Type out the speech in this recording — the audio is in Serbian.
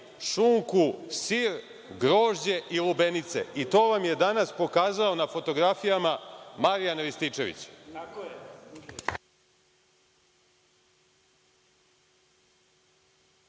šunku, sir, grožđe i lubenice i to vam je danas pokazao na fotografijama Marijan Rističević.